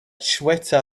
shweta